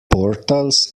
portals